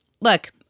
look